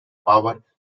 power